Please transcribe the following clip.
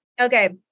Okay